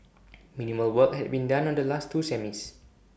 minimal work had been done on the last two semis